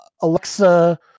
Alexa